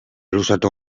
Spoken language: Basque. luzatu